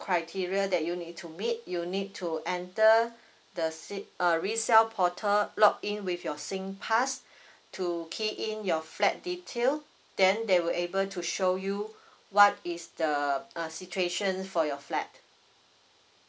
criteria that you need to meet you need to enter the say uh resell portal log in with your singpass to key in your flat detail then they will be able to show you what is the uh situation for your flat